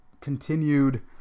continued